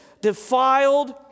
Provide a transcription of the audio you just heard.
defiled